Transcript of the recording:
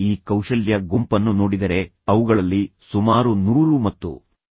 ಈಗ ನೀವು ಸಂಘರ್ಷದ ಚೌಕಟ್ಟಿನ ಹೊರಗೆ ನೋಡಬೇಕು ಅಂದರೆ ಸಂಘರ್ಷಗಳಲ್ಲಿ ತೊಡಗಿರುವವರಿಗೆ ನೋಡಲು ಸಾಧ್ಯವಾಗದನ್ನು ನೀವು ನೋಡಬೇಕು